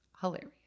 hilarious